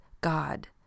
God